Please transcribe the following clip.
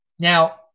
Now